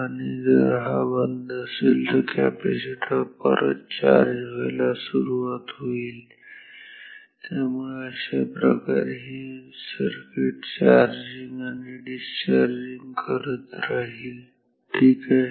आणि जर हा बंद असेल तर कॅपॅसिटर परत चार्ज व्हायला सुरुवात होईल पुन्हा एकदा अशाप्रकारे हा हे सर्किट चार्जिंग आणि डिस्चार्जिंग करत राहील ठीक आहे